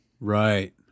right